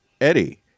eddie